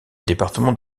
département